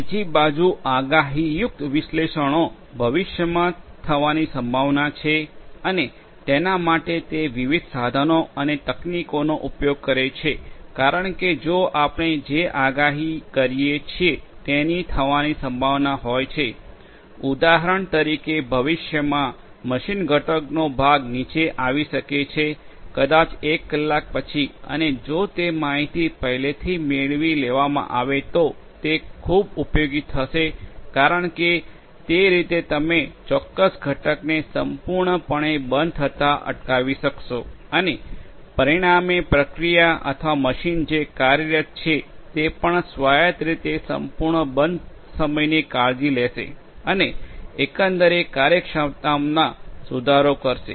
બીજી બાજુ આગાહીયુક્ત વિશ્લેષણો ભવિષ્યમાં થવાની સંભાવના છે અને તેના માટે તે વિવિધ સાધનો અને તકનીકોના ઉપયોગ કરે છે કારણ કે જો આપણે જે આગાહી કરીએ છીએ તેની થવાની સંભાવના હોય છે ઉદાહરણ તરીકે ભવિષ્યમાં મશીન ઘટકનો ભાગ નીચે આવી શકે છે કદાચ 1 કલાક પછી અને જો તે માહિતી પહેલેથી મેળવી લેવામાં આવે તો તે ખૂબ ઉપયોગી થશે કારણ કે તે રીતે તમે તે ચોક્કસ ઘટકને સંપૂર્ણપણે બંધ થતા અટકાવી શકશો અને પરિણામે પ્રક્રિયા અથવા મશીન જે કાર્યરત છે તે પણ સ્વાયત્ત રીતે સંપૂર્ણ બંધ સમયની કાળજી લેશે અને એકંદર કાર્યક્ષમતામાં સુધારો કરશે